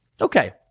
Okay